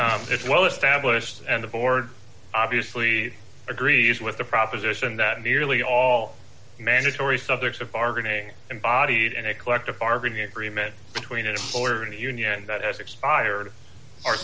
overview it's well established and the board obviously agrees with the proposition that nearly all mandatory subject of bargaining and bodied and a collective bargaining agreement between an employer and a union that has expired are